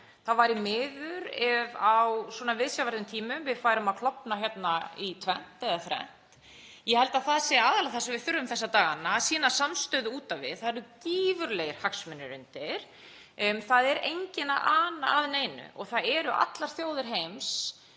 Það væri miður ef á viðsjárverðum tímum við færum að klofna í tvennt eða þrennt. Ég held að það sé aðallega það sem við þurfum þessa dagana, að sýna samstöðu út á við. Það eru gífurlegir hagsmunir undir. Það er enginn að ana að neinu og það eru allar þjóðir heims